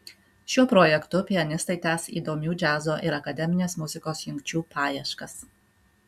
šiuo projektu pianistai tęs įdomių džiazo ir akademinės muzikos jungčių paieškas